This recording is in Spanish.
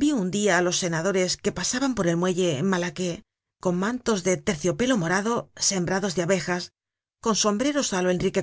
vi un dia á los senadores que pasaban por el muelle malaquais con mantos de terciopelo morado sembrados de abejas con sombreros á lo enrique